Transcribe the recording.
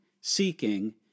seeking